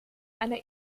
einer